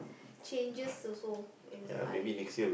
changes also in Bali